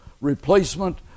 Replacement